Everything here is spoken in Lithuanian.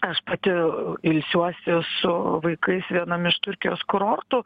aš pati ilsiuosi su vaikais vienam iš turkijos kurortų